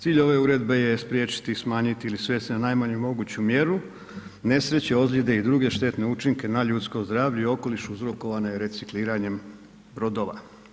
Cilj ove uredbe je spriječiti i smanjiti ili svesti na najmanju moguću mjeru nesreće, ozljede i druge štetne učinke na ljudsko zdravlje i okoliš uzrokovane recikliranjem brodova.